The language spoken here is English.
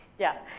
yeah.